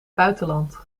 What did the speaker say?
buitenland